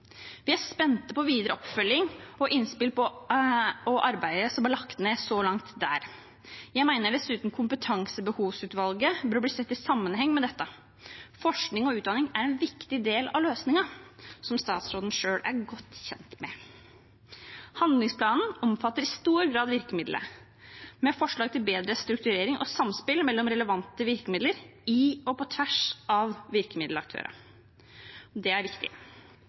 Vi er spent på videre oppfølging og innspill og på arbeidet som så langt er lagt ned der. Jeg mener dessuten kompetansebehovsutvalget bør ses i sammenheng med dette. Forskning og utdanning er en viktig del av løsningen, noe statsråden selv er godt kjent med. Handlingsplanen omfatter i stor grad forslag til bedre strukturering og samspill mellom relevante virkemidler, hos og på tvers av virkemiddelaktørene. Det er viktig.